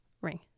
ring